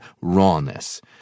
rawness